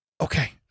Okay